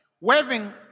Waving